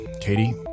Katie